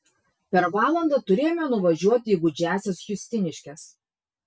per valandą turėjome nuvažiuoti į gūdžiąsias justiniškes